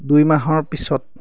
দুইমাহৰ পিছত